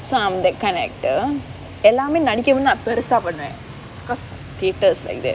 so I'm that kind of actor எல்லாமே நடிக்கனும்னு நான் பெருசா பண்ணுவேன்:ellaamae nadikkanumnu naan perusaa pannuvaen because theatre is like that